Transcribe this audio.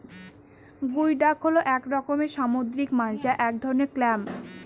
গুই ডাক হল এক রকমের সামুদ্রিক মাছ বা এক ধরনের ক্ল্যাম